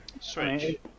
Switch